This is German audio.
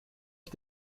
ich